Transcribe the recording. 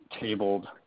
tabled